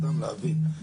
סתם, להבין.